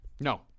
No